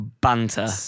banter